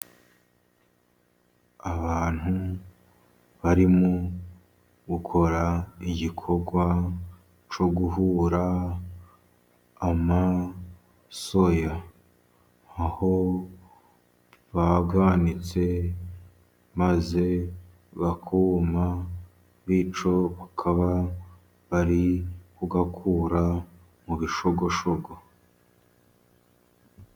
Abantu barimo gukora igikorwa cyo guhura amasoya, aho bayanitse maze akuma , bityo bakaba bari kuyakura mu bishogoshogo.